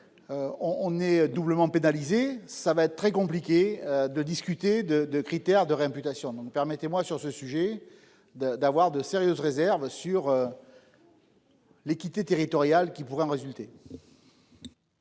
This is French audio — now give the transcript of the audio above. on est doublement pénalisés. Ça va être très compliqué de discuter de de critères de réputation donc permettez-moi sur ce sujet de, d'avoir de sérieuses réserves sur. L'équité territoriale qui pourraient en résulter.